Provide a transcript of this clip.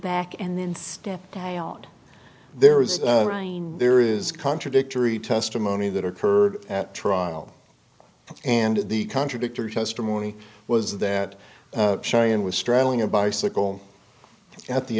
back and then stepped guy out there is there is contradictory testimony that occurred at trial and the contradictory testimony was that sharyn was straddling a bicycle at the